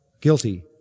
guilty